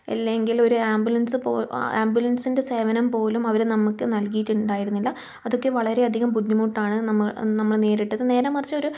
അല്ലെങ്കിൽ ഒരു ആംബുലൻസ് പോലും ആംബുലൻസിൻ്റെ സേവനം പോലും അവര് നമുക്ക് നൽകിയിട്ടുണ്ടായിരുന്നില്ല അതൊക്കെ വളരെയധികം ബുദ്ധിമുട്ടാണ് നമ്മൾ നമ്മള് നേരിട്ടത് നേരെ മറിച്ച് ഒരു